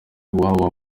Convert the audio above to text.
iwabo